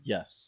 Yes